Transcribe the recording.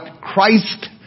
Christ